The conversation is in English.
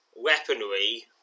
Weaponry